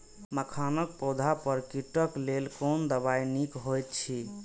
मखानक पौधा पर कीटक लेल कोन दवा निक होयत अछि?